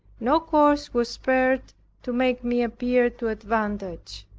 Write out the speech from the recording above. no course was spared to make me appear to advantage.